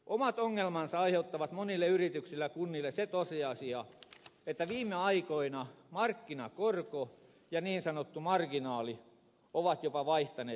omat ongelmansa aiheuttaa monille yrityksille ja kunnille se tosiasia että viime aikoina markkinakorko ja niin sanottu marginaali ovat jopa vaihtaneet paikkaa